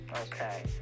okay